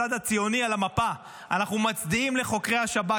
הצד הציוני על המפה: אנחנו מצדיעים לחוקרי השב"כ,